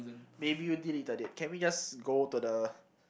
maybe you deleted it can we just go to the